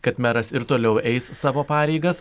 kad meras ir toliau eis savo pareigas